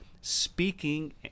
speaking